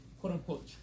quote-unquote